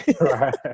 Right